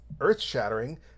earth-shattering